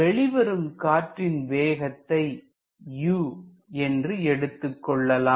வெளிவரும் காற்றின் வேகத்தை u என்று எடுத்துக்கொள்ளலாம்